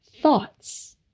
Thoughts